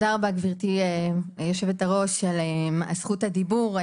תודה רבה, גברתי יושבת-הראש על זכות הדיבור.